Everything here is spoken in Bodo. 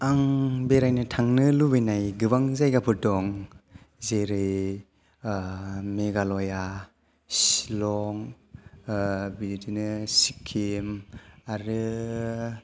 आं बेरायनो थांनो लुबैनाय गोबां जायगाफोर दं जेरै मेघालया शिलं बिदिनो सिक्किम आरो